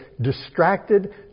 distracted